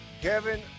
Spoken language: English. Kevin